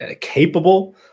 capable